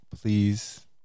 Please